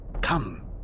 Come